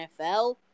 NFL